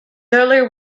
early